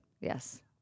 Yes